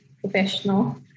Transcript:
professional